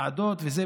ועדות וכו'